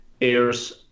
airs